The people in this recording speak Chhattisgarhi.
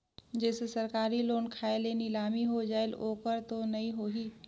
जैसे सरकारी लोन खाय मे नीलामी हो जायेल ओकर तो नइ होही?